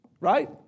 right